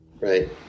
Right